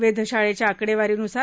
वेधशाळेच्या आकडेवारीनुसार